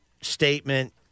statement